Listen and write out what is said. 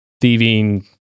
thieving